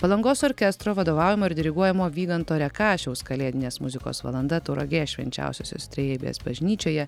palangos orkestro vadovaujamo ir diriguojamo vyganto rekašiaus kalėdinės muzikos valanda tauragės švenčiausiosios trejybės bažnyčioje